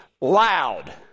loud